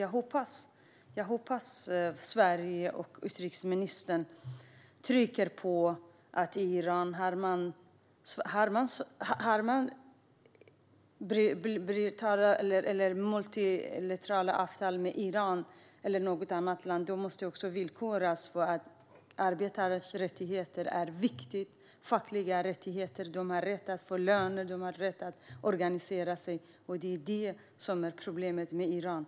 Jag hoppas att Sverige och utrikesministern i multilaterala avtal med Iran och andra länder trycker på vikten av arbetares fackliga rättigheter. De har rätt att få lön och att organisera sig, men det är ett problem i Iran.